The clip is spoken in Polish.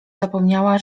zapomniała